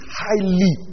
highly